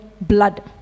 blood